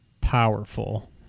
powerful